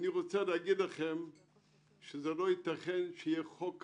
לא ייתכן שיעשו חוק כזה.